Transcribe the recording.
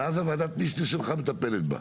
ואז וועדת המשנה שלך מטפלת בתוכנית.